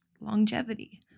longevity